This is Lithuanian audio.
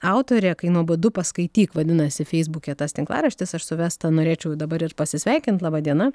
autorė kai nuobodu paskaityk vadinasi feisbuke tas tinklaraštis ar su vesta norėčiau dabar ir pasisveikint laba diena